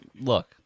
look